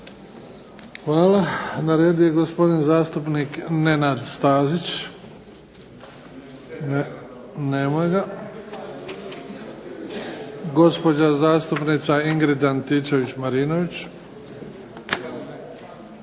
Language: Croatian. Hvala. Na redu je gospodin zastupnik Nenad Stazić. Nema ga. Gospođa zastupnica Ingrid Antičević-Marinović. Nema je.